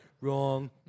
Wrong